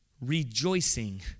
rejoicing